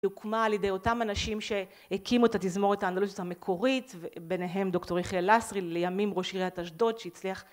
הוקמה על ידי אותם אנשים שהקימו את התזמורת האנדלוסית המקורית וביניהם דוקטור יחיאל לסרי, לימים ראש עיריית אשדוד שהצליח